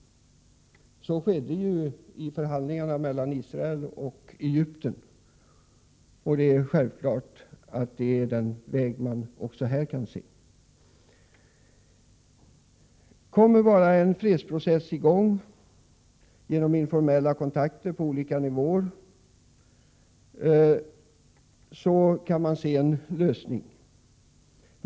Så skedde vid förhandlingarna mellan Israel och Egypten. Det är självklart att det är den väg man också här kan se. Om en fredsprocess bara kommer i gång, genom informella kontakter på olika nivåer, så kan man se en lösning.